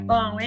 Bom